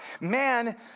man